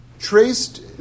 traced